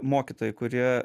mokytojai kurie